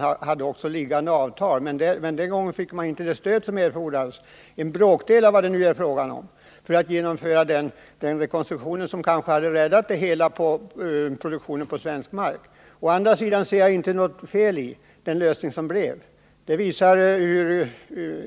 Man hade också avtal liggande, men den gången fick man inte det stöd som erfordrades — en bråkdel av vad det nu är fråga om — för att genomföra den rekonstruktion som kanske hade räddat hela produktionen på svensk mark. Å andra sidan ser jag inte något fel i den lösning som kom till stånd. Den visar hur